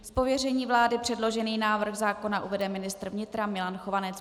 Z pověření vlády předložený návrh zákona uvede ministr vnitra Milan Chovanec.